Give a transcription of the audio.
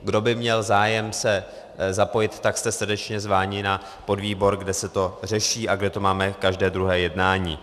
Kdo by měl zájem se zapojit, tak jste srdečně zváni na podvýbor, kde se to řeší a kde to máme každé druhé jednání.